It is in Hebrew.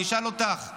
אני אשאל אותך.